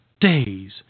days